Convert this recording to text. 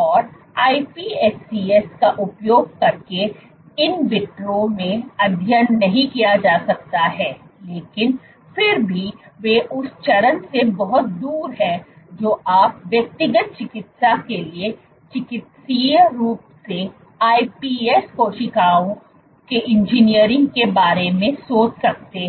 और iPSCs का उपयोग करके इन विट्रो में अध्ययन नहीं किया जा सकता है लेकिन फिर भी वे उस चरण से बहुत दूर हैं जो आप व्यक्तिगत चिकित्सा के लिए चिकित्सीय रूप से iPS कोशिकाओं के इंजीनियरिंग के बारे में सोच सकते हैं